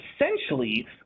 Essentially